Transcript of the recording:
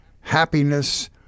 happiness